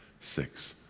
six,